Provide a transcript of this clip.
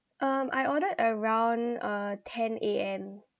um I ordered around uh ten A_M